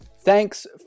Thanks